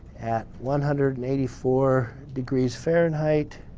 at one hundred and eighty four degrees fahrenheit,